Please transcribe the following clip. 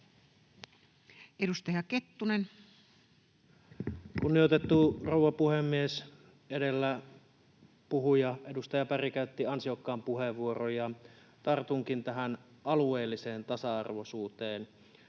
17:51 Content: Kunnioitettu rouva puhemies! Edellä puhuja, edustaja Berg, käytti ansiokkaan puheenvuoron, ja tartunkin tähän alueelliseen tasa-arvoisuuteen